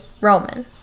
Roman